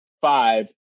five